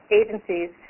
agencies